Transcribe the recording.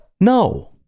no